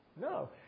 No